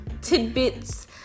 tidbits